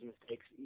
mistakes